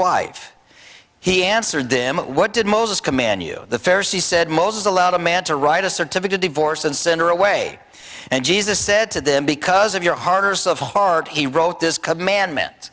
wife he answered him what did moses command you the first he said moses allowed a man to write a certificate divorce and send her away and jesus said to them because of your heart or so of heart he wrote this commandment